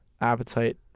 appetite